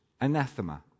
anathema